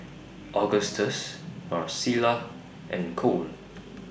Augustus Marcella and Kole